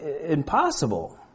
impossible